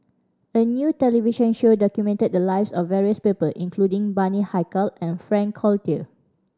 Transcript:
a new television show documented the lives of various people including Bani Haykal and Frank Cloutier